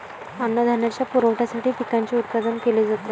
अन्नधान्याच्या पुरवठ्यासाठी पिकांचे उत्पादन केले जाते